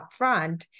upfront